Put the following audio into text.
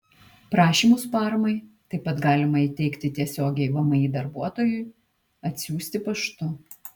prašymus paramai taip pat galima įteikti tiesiogiai vmi darbuotojui atsiųsti paštu